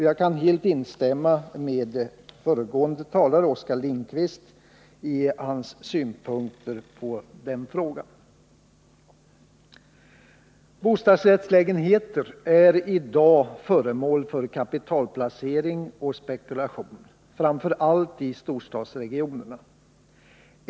Jag kan helt instämma med föregående talare, Oskar Lindkvist, i hans synpunkter på den frågan. Bostadsrättslägenheter är i dag föremål för kapitalplacering och spekulation, framför allt i storstadsregionerna.